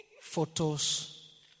photos